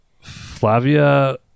Flavia